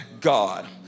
God